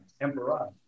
Emperor